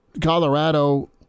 Colorado